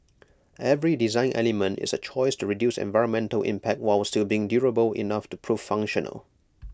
every design element is A choice to reduce environmental impact while still being durable enough to prove functional